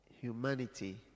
humanity